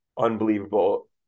Unbelievable